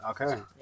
Okay